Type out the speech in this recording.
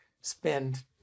spend